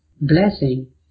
blessing